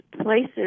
places